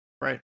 Right